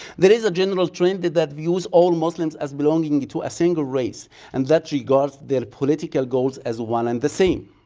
there is a general trend that that views all muslims as belonging to a single race and that regards the political goals as one and the same.